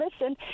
listen